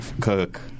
cook